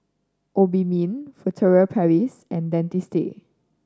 Obimin Furtere Paris and Dentiste